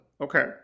Okay